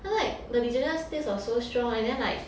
I'm like the detergent taste was so strong and then like